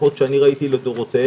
לפחות שאני ראיתי לדורותיהם,